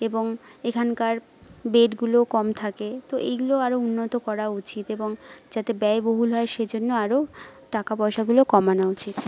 এবং এখানকার বেডগুলো কম থাকে তো এইগুলো আরও উন্নত করা উচিত এবং যাতে ব্যয়বহুল হয় সে জন্য আরও টাকা পয়সাগুলো কমানো উচিত